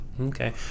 Okay